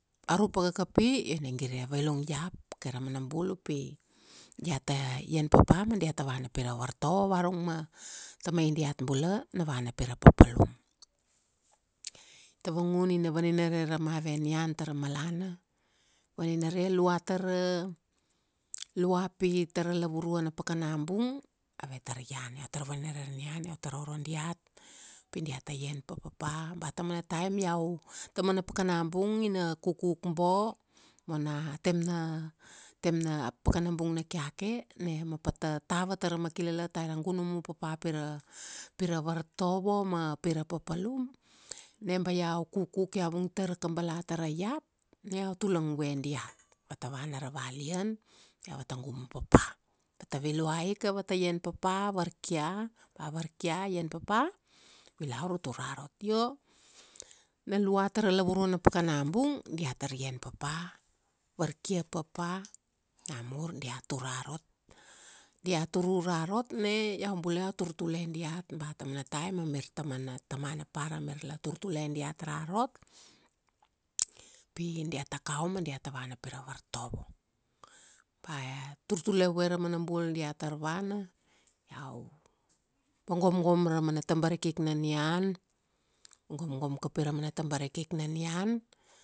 aurupa kakapi, io ina gire vailung iap, kaira manabul upi, diata ian papa ma diata vana pi ra vartovo varung ma tamai diat bula, na vana pira papalum. Tavangun ina vaninare ra mave nian tara malana, vaninare lua tara, lua pi tara lavurua na pakanabung, avetar ian. Iau tar vaninare ra nian iau tar oro diat, pi diata ian papapa, ba tamana taim iau, taumana pakana bung, ina kukuk bo, ma ona a tem na, tam na pakana bung na keake, na ma pata tava tara makilalat aira gunumu papa pira, pira vartovo ma pira papalum, na ba iau kukuk iau vung tar ra kabala tara iap, na iau tulangvue diat. Avata vana ra valian, pi avata gumu papa. Avata viluai ka avata ian, papa varkia, ba varkia ian papa, vilaur u tur rarot. Io, nalua tara lavurua na pakana bung, diatar ian papa, varkia papa, namur dia tur rarot. Dia turur rarot na, iau bula iau tur tule diat. Ba taumana taim amir tamana, tamana par amir la tur tule diat rarot, pi diata kau ma diata vana pira vartovo. Ba, turtule ra mana bul dia tar vana, iau vagomgom ra mana tabarikik na nian, vagomgom kapi ra mana tabarikik na nian,